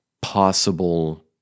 possible